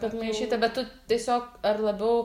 kad maišyta bet tu tiesiog ar labiau